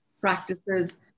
Practices